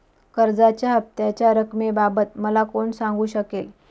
कर्जाच्या हफ्त्याच्या रक्कमेबाबत मला कोण सांगू शकेल?